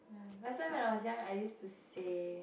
last time when I was young I used to say